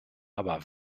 aber